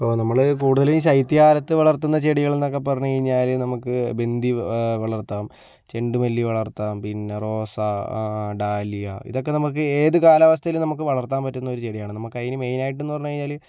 ഇപ്പോൾ നമ്മള് കൂടുതൽ ഈ ശൈത്യകാലത്ത് വളർത്തുന്ന ചെടികൾ എന്നൊക്കെ പറഞ്ഞു കഴിഞ്ഞാൽ നമുക്ക് ബിന്ദി വളർത്താം ചെണ്ടുമല്ലി വളർത്താം പിന്നെ റോസാ ഡാലിയ ഇതൊക്കെ നമുക്ക് ഏത് കാലാവസ്ഥയിലും നമുക്ക് വളർത്താൻ പറ്റുന്ന ഒരു ചെടിയാണ് നമുക്ക് അതിന് മെയിൻ ആയിട്ടെന്ന് പറഞ്ഞ് കഴിഞ്ഞാല്